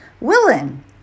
willing